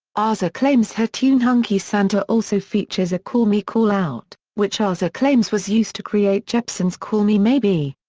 aza claims her tune hunky santa also features a call me call out, which aza claims was used to create jepsen's call me maybe.